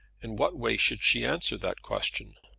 in what way should she answer that question?